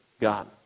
God